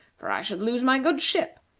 for i should lose my good ship,